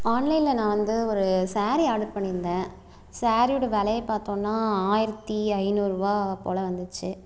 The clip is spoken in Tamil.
ஆன்லைனில் நான் வந்து ஒரு சாரீ ஆர்டர் பண்ணிருந்தேன் சாரீயோட விலையப் பார்த்தோன்னா ஆயிரத்து ஐநூறுரூவா போல் வந்துச்சு